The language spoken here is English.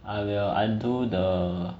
I will undo the